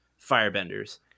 firebenders